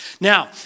Now